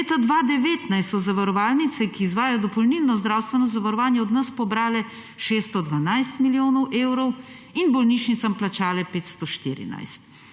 Leta 2019 so zavarovalnice, ki izvajajo dopolnilno zdravstveno zavarovanje, od nas pobrale 612 milijonov evrov in bolnišnicam plačale 514.